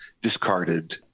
discarded